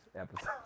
episode